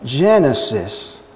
Genesis